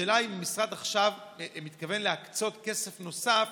השאלה היא אם המשרד מתכוון עכשיו להקצות כסף נוסף,